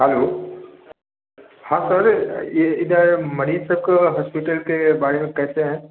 hello हाँ sir ये इधर हॉस्पिटल के बारे में कैसा है